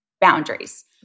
boundaries